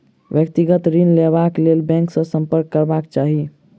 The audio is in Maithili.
व्यक्तिगत ऋण लेबाक लेल बैंक सॅ सम्पर्क करबाक चाही